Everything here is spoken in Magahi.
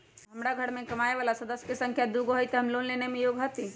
हमार घर मैं कमाए वाला सदस्य की संख्या दुगो हाई त हम लोन लेने में योग्य हती?